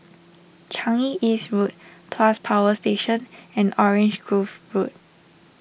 Changi East Road Tuas Power Station and Orange Grove Road